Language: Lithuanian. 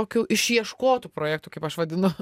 tokių išieškotų projektų kaip aš vadinu